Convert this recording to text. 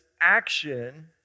action